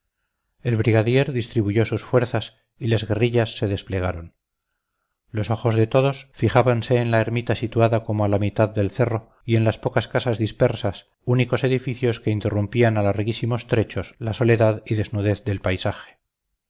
el brigadier distribuyó sus fuerzas y las guerrillas se desplegaron los ojos de todos fijábanse en la ermita situada como a la mitad del cerro y en las pocas casas dispersas únicos edificios que interrumpían a larguísimos trechos la soledad y desnudez del paisaje